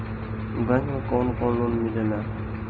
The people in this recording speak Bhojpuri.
बैंक से कौन कौन लोन मिलेला?